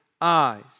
eyes